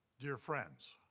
dear friends,